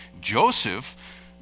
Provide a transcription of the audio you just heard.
Joseph